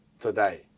today